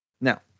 Now